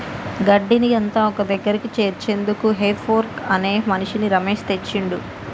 గడ్డిని అంత ఒక్కదగ్గరికి చేర్చేందుకు హే ఫోర్క్ అనే మిషిన్ని రమేష్ తెచ్చిండు